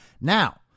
Now